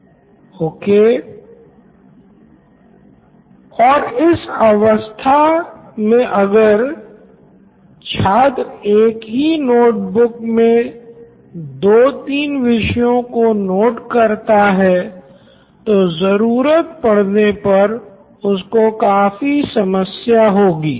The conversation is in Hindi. प्रोफेसर विषयों के लिए okay Siddharth Maturi CEO Knoin electronics और इस अवस्था मे अगर छात्र एक ही नोट बुक मे दो तीन विषयों को नोट करता है तो ज़रूरत पड़ने पर उसको काफी समस्या होगी